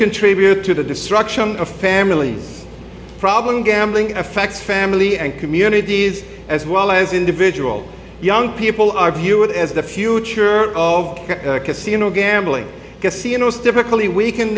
contributed to the destruction of families problem gambling affects family and communities as well as individual young people are view it as the future of casino gambling casinos typically we can